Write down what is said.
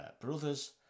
brothers